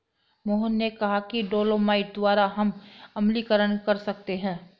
मोहन ने कहा कि डोलोमाइट द्वारा हम अम्लीकरण कर सकते हैं